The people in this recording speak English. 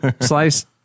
slice